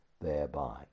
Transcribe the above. Thereby